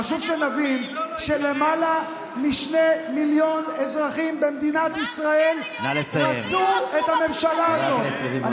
חשוב שנבין שלמעלה משני מיליון אזרחים במדינת ישראל בחרו בממשלה הזאת.